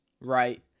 right